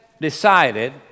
decided